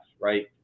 right